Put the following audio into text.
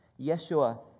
Yeshua